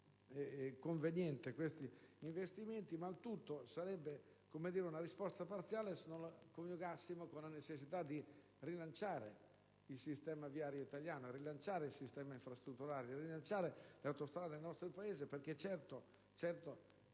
convenienti questi investimenti. Tuttavia, tutto sarebbe una risposta parziale se non lo coniugassimo con la necessità di rilanciare il sistema viario italiano, il sistema infrastrutturale e le autostrade del nostro Paese. Infatti,